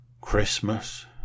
Christmas